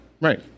Right